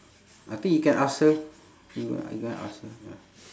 I think you can ask her you you go and ask her ya